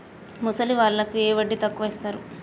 ముసలి వాళ్ళకు ఏ వడ్డీ ఎక్కువ ఇస్తారు?